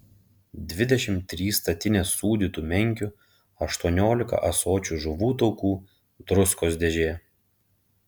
dvidešimt trys statinės sūdytų menkių aštuoniolika ąsočių žuvų taukų druskos dėžė